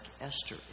Esther